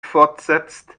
fortsetzt